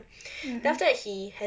mmhmm